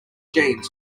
jeans